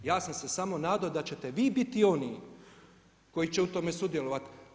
Ja sam se samo nadao da ćete vi biti oni koji će u tome sudjelovati.